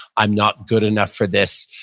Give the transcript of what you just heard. i'm not good enough for this.